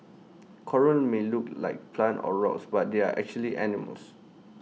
corals may look like plants or rocks but they are actually animals